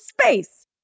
space